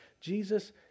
Jesus